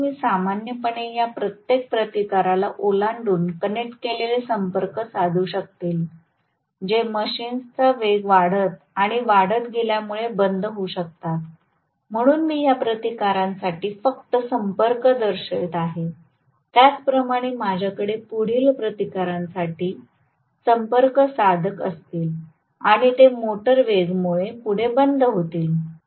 म्हणूनच मी सामान्यपणे या प्रत्येक प्रतिकाराला ओलांडून कनेक्ट केलेले संपर्क साधू शकतील जे मशीन्सचा वेग वाढत आणि वाढत गेल्यामुळे बंद होऊ शकतात म्हणून मी या प्रतिकारांसाठी फक्त संपर्क दर्शवित आहे त्याचप्रमाणे माझ्याकडे पुढील प्रतिकारांसाठी संपर्क साधक असतील आणि ते मोटार वेगमुळे पुढे बंद होतील